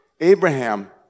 Abraham